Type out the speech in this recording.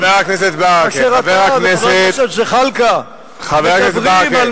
חבר הכנסת ברכה, חבר הכנסת ברכה, חבר הכנסת ברכה.